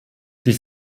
die